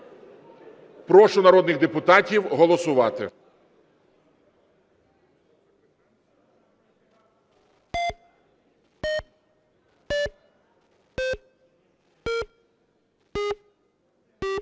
Прошу народних депутатів голосувати.